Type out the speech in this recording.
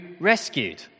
rescued